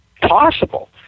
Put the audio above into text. possible